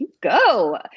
go